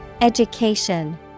Education